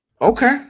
Okay